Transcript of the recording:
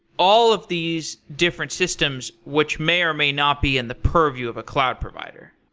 all of these different systems which may or may not be in the purview of a cloud provider.